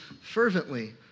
fervently